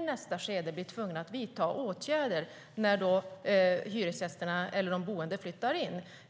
nästa skede kan bli tvungna att vidta åtgärder när hyresgästerna eller de boende flyttar in om man släpper fram och inte överklagar en detaljplan.